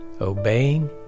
obeying